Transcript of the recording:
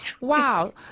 wow